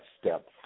step